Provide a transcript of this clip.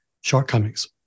shortcomings